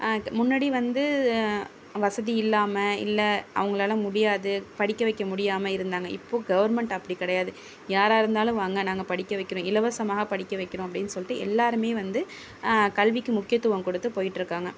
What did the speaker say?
முன்னாடி வந்து வசதி இல்லாமல் இல்லை அவங்களால முடியாது படிக்க வைக்க முடியாமல் இருந்தாங்க இப்போ கவர்மெண்ட் அப்படி கிடையாது யாராக இருந்தாலும் வாங்க நாங்கள் படிக்க வைக்கிறோம் இலவசமாக படிக்க வைக்கிறோம் அப்படின்னு சொல்லிட்டு எல்லாருமே வந்து கல்விக்கு முக்கியத்துவம் கொடுத்து போய்ட்டுருக்காங்க